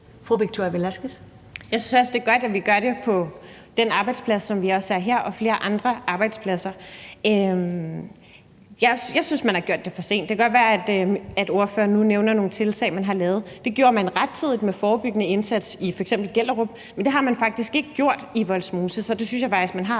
Jeg synes også, det er godt, at vi gør det på den arbejdsplads, som vi også er her, og på flere andre arbejdspladser. Jeg synes, man har gjort det for sent. Det kan godt være, at ordføreren nu nævner nogle tiltag, man har lavet. Det gjorde man rettidigt med forebyggende indsats i f.eks. Gellerup, men det har man faktisk ikke gjort i Vollsmose, så der synes jeg faktisk man har